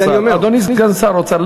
אדוני סגן שר האוצר,